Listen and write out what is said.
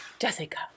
Jessica